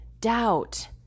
doubt